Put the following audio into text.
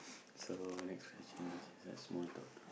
so next question is just a small talk